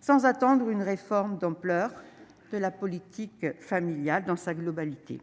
sans attendre une réforme d'ampleur de la politique familiale dans sa globalité,